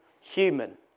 human